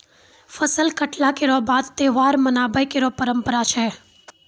फसल कटला केरो बाद त्योहार मनाबय केरो परंपरा छै